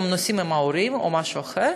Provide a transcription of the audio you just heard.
אם נוסעים עם ההורים או משהו אחר,